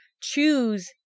choose